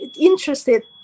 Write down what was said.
interested